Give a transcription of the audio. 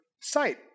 site